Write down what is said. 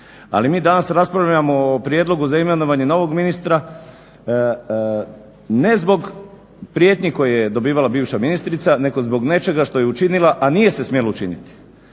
Ali mi danas raspravljamo o prijedlogu za imenovanje novog ministra ne zbog prijetnji koje je dobivala bivša ministrica, nego zbog nečega što je učinila, a nije se smjelo učiniti.